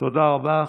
תודה רבה.